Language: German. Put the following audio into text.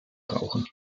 brauchen